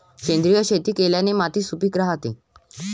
सेंद्रिय शेती केल्याने माती सुपीक राहते